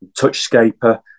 Touchscaper